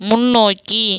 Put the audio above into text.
முன்னோக்கி